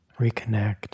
reconnect